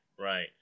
Right